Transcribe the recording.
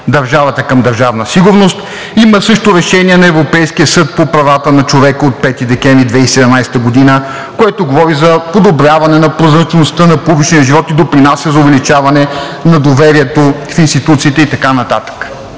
държавата към Държавна сигурност. Има също Решение на Европейския съд по правата на човека от 5 декември 2017 г., което говори за подобряване на прозрачността на публичния живот и допринася за увеличаване на доверието в институциите и така нататък.